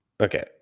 Okay